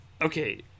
okay